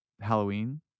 Halloween